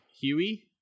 Huey